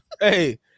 Hey